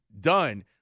done